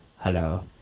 Hello